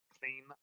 Clean